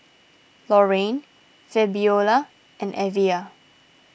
Lorayne Fabiola and Evia